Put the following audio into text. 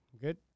Good